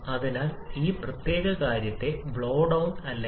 അതിൽ വരുന്ന ഭാരം അതേ രീതിയിൽ തന്നെ പോകുന്നു